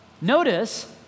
notice